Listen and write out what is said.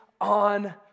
on